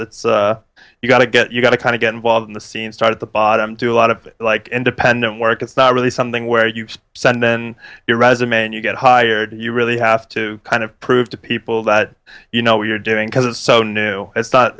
it's got to get you got to kind of get involved in the scene start at the bottom do a lot of like independent work it's not really something where you send your resume and you get hired you really have to kind of prove to people that you know what you're doing because it's so new it's not